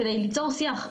כדי ליצור שיח.